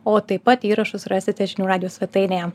o taip pat įrašus rasite žinių radijo svetainėje